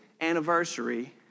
anniversary